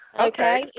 Okay